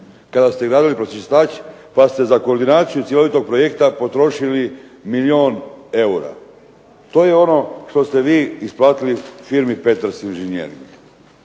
Kada ste gradili pročistač tada ste za koordinaciju cjelovitog projekta potrošili milijun eura. To je ono što ste vi isplatili firmi "Petros inženjering".